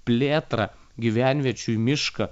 plėtrą gyvenviečių į mišką